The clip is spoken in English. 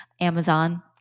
Amazon